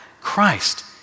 Christ